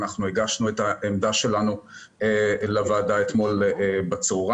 אנחנו הגשנו את העמדה שלנו לוועדה אתמול בצוהריים.